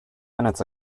minutes